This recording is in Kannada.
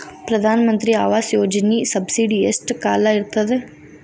ಪ್ರಧಾನ ಮಂತ್ರಿ ಆವಾಸ್ ಯೋಜನಿ ಸಬ್ಸಿಡಿ ಎಷ್ಟ ಕಾಲ ಇರ್ತದ?